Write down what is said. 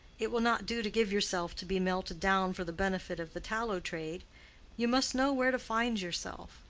it will not do to give yourself to be melted down for the benefit of the tallow-trade you must know where to find yourself.